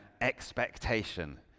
expectation